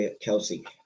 Kelsey